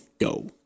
Go